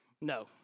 No